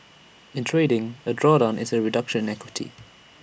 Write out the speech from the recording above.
in trading A drawdown is A reduction in equity